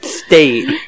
state